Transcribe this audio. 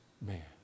man